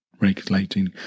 regulating